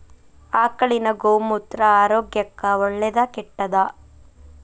ಆಕಳಿನ ಗೋಮೂತ್ರ ಆರೋಗ್ಯಕ್ಕ ಒಳ್ಳೆದಾ ಕೆಟ್ಟದಾ?